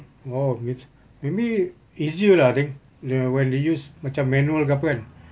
oh gitu maybe easier lah I think ya when they use macam manual ke apa kan